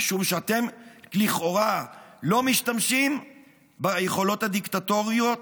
משום שאתם לכאורה לא משתמשים ביכולות הדיקטטוריות,